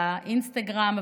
באינסטגרם,